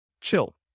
chill